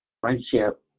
friendship